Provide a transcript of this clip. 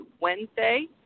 Wednesday